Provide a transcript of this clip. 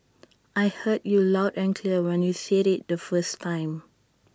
I heard you loud and clear when you said IT the first time